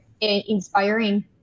inspiring